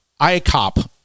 ICOP